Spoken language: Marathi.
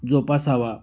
जोपासावा